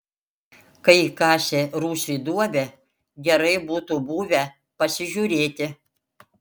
kai kasė rūsiui duobę gerai būtų buvę pasižiūrėti